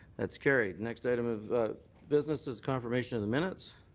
that's carried. next item of business is confirmation of the minutes.